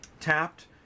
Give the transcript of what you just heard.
tapped